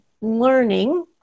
learning